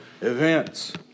events